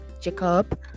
jacob